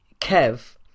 Kev